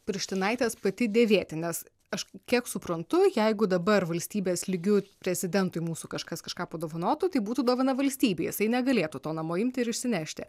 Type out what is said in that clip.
pirštinaites pati dėvėti nes aš kiek suprantu jeigu dabar valstybės lygiu prezidentui mūsų kažkas kažką padovanotų tai būtų dovana valstybei jisai negalėtų to namo imti ir išsinešti